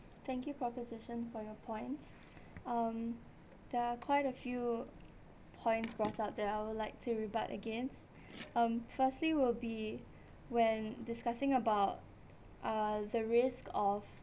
thank you proposition for your points um there are quite a few points brought up that I would like to rebuke against um firstly will be when discussing about ah the risks of